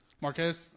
Marquez